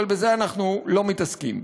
אבל בזה אנחנו לא מתעסקים.